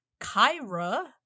Kyra